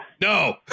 No